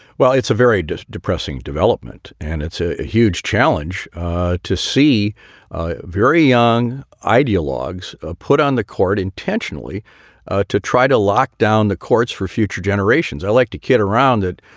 well, it's a very depressing development and it's ah a huge challenge to see very young ideologues put on the court intentionally to try to lock down the courts for future generations. i like to kid around it.